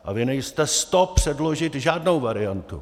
A vy nejste s to předložit žádnou variantu.